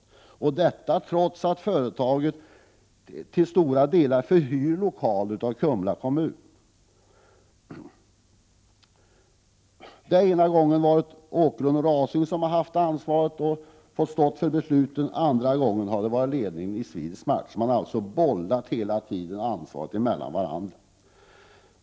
Detta har skett trots att företaget till stora delar hyr lokaler av Kumla kommun. Det har ena gången varit Åkerlund & Rausing som haft ansvaret och fått stå för besluten och andra gången har det varit ledningen i Swedish Match. Man har alltså hela tiden bollat ansvaret mellan sig.